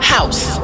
House